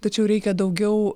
tačiau reikia daugiau